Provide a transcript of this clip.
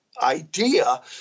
idea